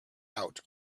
out